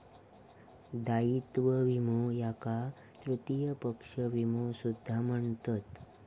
दायित्व विमो याका तृतीय पक्ष विमो सुद्धा म्हणतत